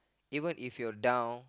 even if you're down